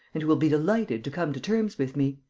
and who will be delighted to come to terms with me.